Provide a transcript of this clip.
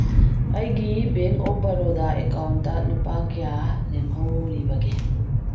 ꯑꯩꯒꯤ bank of Baroda account ꯂꯨꯄꯥ ꯀꯌꯥ ꯂꯦꯝꯍꯧꯔꯤꯕꯒꯦ